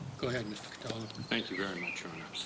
go ahead, mr. cataldo. thank you very much, your honor.